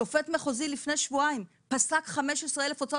שופט מחוזי לפני שבועיים פסק 15,000 הוצאות.